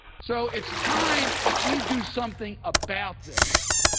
so it's time that we do something about this,